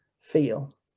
feel